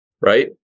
right